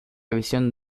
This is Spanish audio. visión